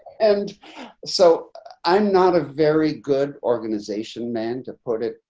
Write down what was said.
and so i'm not a very good organization man to put it,